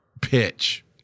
pitch